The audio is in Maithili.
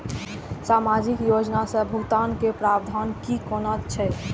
सामाजिक योजना से भुगतान के प्रावधान की कोना छै?